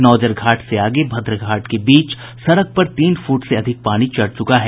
नौजर घाट से आगे भद्रघाट के बीच सड़क पर तीन फुट से अधिक पानी चढ़ चुका है